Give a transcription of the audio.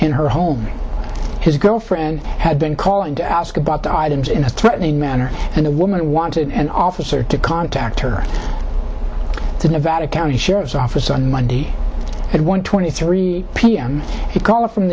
in her home his girlfriend had been calling to ask about the items in a threatening manner and the woman wanted an officer to contact her to nevada county sheriff's office on monday at one twenty three p m he called from